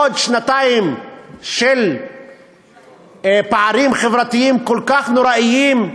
עוד שנתיים של פערים חברתיים כל כך נוראיים,